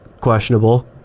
questionable